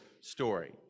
story